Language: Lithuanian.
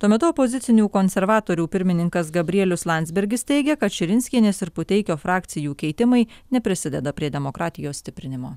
tuo metu opozicinių konservatorių pirmininkas gabrielius landsbergis teigia kad širinskienės ir puteikio frakcijų keitimai neprisideda prie demokratijos stiprinimo